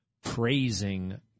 praising